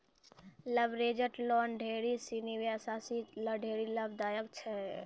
leveraged loan ढेर सिनी व्यवसायी ल ढेरी लाभदायक छै